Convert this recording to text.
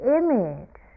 image